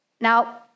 Now